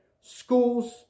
schools